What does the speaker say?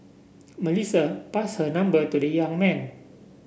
Melissa pass her number to the young man